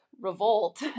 revolt